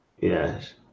Yes